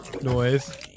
noise